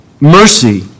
mercy